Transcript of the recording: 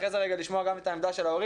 אחרי זה לשמוע לרגע גם את העמדה של ההורים,